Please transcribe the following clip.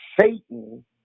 satan